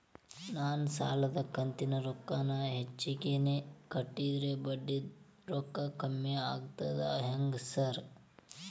ನಾನ್ ಸಾಲದ ಕಂತಿನ ರೊಕ್ಕಾನ ಹೆಚ್ಚಿಗೆನೇ ಕಟ್ಟಿದ್ರ ಬಡ್ಡಿ ರೊಕ್ಕಾ ಕಮ್ಮಿ ಆಗ್ತದಾ ಹೆಂಗ್ ಸಾರ್?